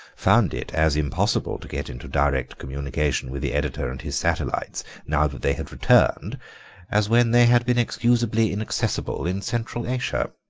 found it as impossible to get into direct communication with the editor and his satellites now that they had returned as when they had been excusably inaccessible in central asia.